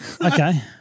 Okay